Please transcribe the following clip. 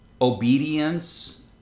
obedience